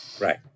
Right